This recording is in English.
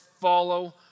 follow